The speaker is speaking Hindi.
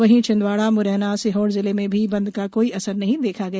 वहीं छिंदवाड़ा म्रैना सीहोर जिले में भी बंद का कोई असर नहीं देखा गया